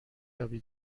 یابی